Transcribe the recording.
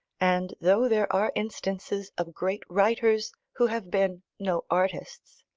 and though there are instances of great writers who have been no artists,